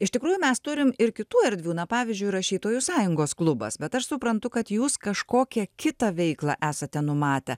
iš tikrųjų mes turim ir kitų erdvių na pavyzdžiui rašytojų sąjungos klubas bet aš suprantu kad jūs kažkokią kitą veiklą esate numatę